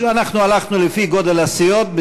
הלכנו בסבבים לפי גודל הסיעות,